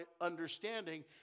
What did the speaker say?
understanding